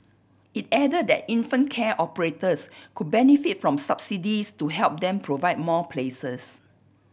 it added that infant care operators could benefit from subsidies to help them provide more places